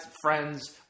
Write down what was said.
friend's